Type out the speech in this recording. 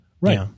right